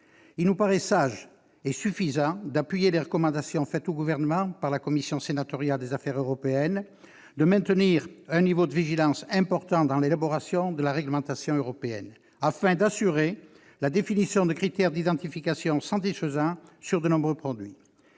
Il nous paraît sage et suffisant d'appuyer les recommandations faites au Gouvernement par la commission sénatoriale des affaires européennes, à savoir le maintien d'un niveau de vigilance important dans l'élaboration de la réglementation européenne, afin d'assurer la définition de critères d'identification satisfaisants sur de nombreux produits.